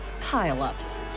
pile-ups